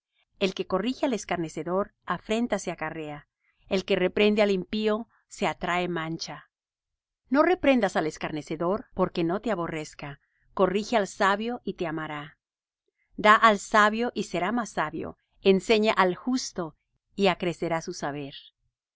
el que corrige al escarnecedor afrenta se acarrea el que reprende al impío se atrae mancha no reprendas al escarnecedor porque no te aborrezca corrige al sabio y te amará da al sabio y será más sabio enseña al justo y acrecerá su saber